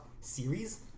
series